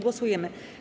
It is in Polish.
Głosujemy.